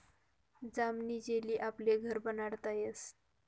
जामनी जेली आपले घर बनाडता यस